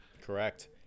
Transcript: Correct